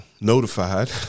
notified